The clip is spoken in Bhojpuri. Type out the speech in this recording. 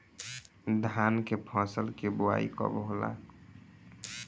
धान के फ़सल के बोआई कब होला?